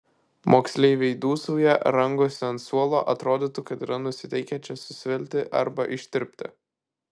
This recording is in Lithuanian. moksleiviai dūsauja rangosi ant suolo atrodytų kad yra nusiteikę čia susvilti arba ištirpti